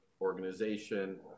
organization